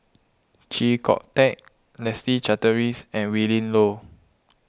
Chee Kong Tet Leslie Charteris and Willin Low